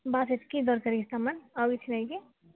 ବାସ୍ ଏତକି ଦରକାର କି ସାମାନ୍ ଆଉ କିଛି ନାହିଁ କି